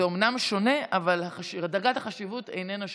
זה אומנם שונה אבל דרגת החשיבות איננה שונה.